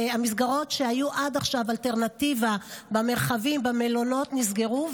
המסגרות שהיו עד היום אלטרנטיבה במרחבים במלונות נסגרו,